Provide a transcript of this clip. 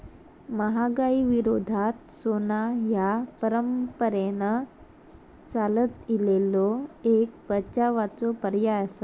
महागाई विरोधात सोना ह्या परंपरेन चालत इलेलो एक बचावाचो पर्याय आसा